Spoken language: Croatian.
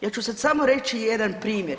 Ja ću sad samo reći jedan primjer.